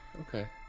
okay